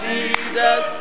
Jesus